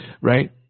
right